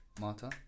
Marta